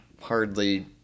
hardly